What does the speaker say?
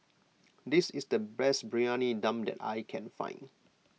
this is the best Briyani Dum that I can find